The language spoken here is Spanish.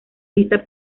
lista